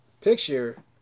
picture